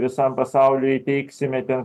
visam pasauliui įteiksime ten